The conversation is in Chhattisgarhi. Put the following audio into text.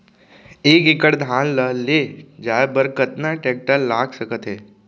एक एकड़ धान ल ले जाये बर कतना टेकटर लाग सकत हे?